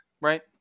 Right